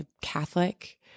Catholic